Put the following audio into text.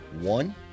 one